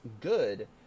good